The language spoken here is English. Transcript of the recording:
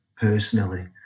personally